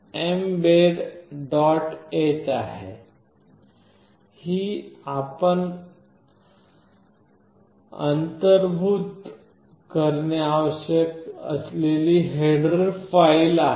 h आहे ही आपण अंतर्भूत करणे आवश्यक असलेली हेडर फाइल आहे